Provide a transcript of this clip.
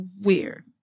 weird